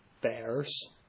Bears